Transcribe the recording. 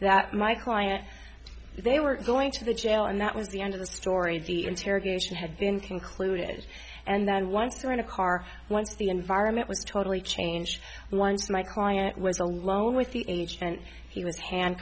that my client they were going to the jail and that was the end of the story deal interrogation had been concluded and then once we're in a car once the environment was totally changed once my client was alone with the image and he was hand